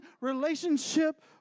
relationship